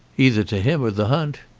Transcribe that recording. either to him or the hunt.